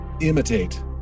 imitate